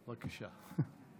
בבקשה.